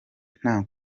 nta